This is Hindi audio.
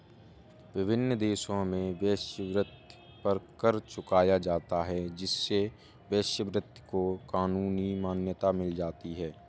विभिन्न देशों में वेश्यावृत्ति पर कर चुकाया जाता है जिससे वेश्यावृत्ति को कानूनी मान्यता मिल जाती है